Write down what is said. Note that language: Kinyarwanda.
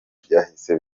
byahise